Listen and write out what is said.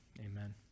amen